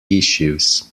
issues